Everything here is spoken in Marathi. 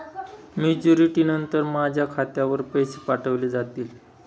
मॅच्युरिटी नंतर माझ्या खात्यावर पैसे पाठविले जातील?